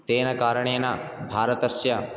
तेन कारणेन भारतस्य